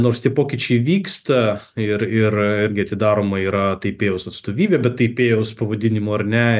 nors tie pokyčiai vyksta ir ir irgi atidaroma yra taipėjaus atstovybė bet taipėjaus pavadinimu ar ne